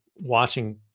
watching